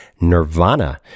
Nirvana